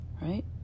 right